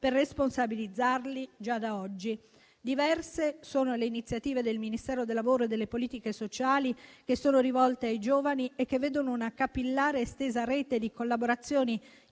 per responsabilizzarli già da oggi. Diverse sono le iniziative del Ministero del lavoro e delle politiche sociali che sono rivolte ai giovani e che vedono una capillare ed estesa rete di collaborazioni